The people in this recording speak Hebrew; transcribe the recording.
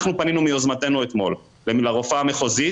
אנחנו פנינו מיוזמתנו אתמול לרופאה המחוזית